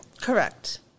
Correct